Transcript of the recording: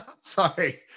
sorry